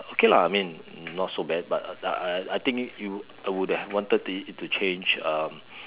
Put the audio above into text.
okay lah I mean not so bad but I I I I think you I would have wanted it to change um